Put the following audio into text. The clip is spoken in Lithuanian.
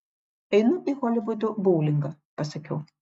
einu į holivudo boulingą pasakiau